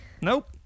Nope